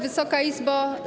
Wysoka Izbo!